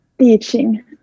teaching